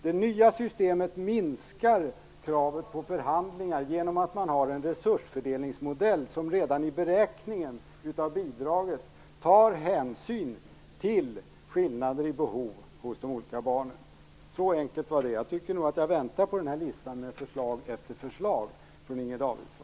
Det nya systemet minskar kravet på förhandlingar genom att man har en resursfördelningsmodell som redan i beräkningen av bidraget tar hänsyn till skillnader i behov hos de olika barnen. Så enkelt var det. Jag väntar fortfarande på den här listan med "förslag efter förslag" från Inger Davidson.